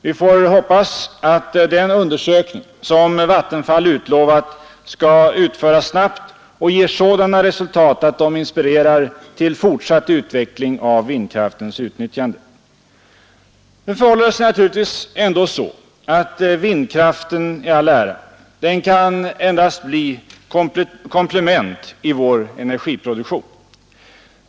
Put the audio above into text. Vi får hoppas att den undersökning som Vattenfall utlovat skall utföras snabbt och ge sådana resultat att de inspirerar till fortsatt utveckling av vattenkraftens utnyttjande. Nu förhåller det sig naturligtvis ändå så, vattenkraften i all ära, att den endast kan bli ett komplement i vår energiproduktion.